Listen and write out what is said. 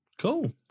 Cool